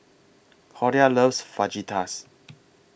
Cordia loves Fajitas